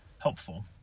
helpful